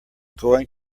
going